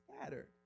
scattered